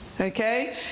Okay